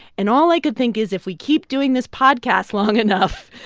and all i could think is if we keep doing this podcast long enough,